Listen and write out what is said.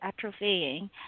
atrophying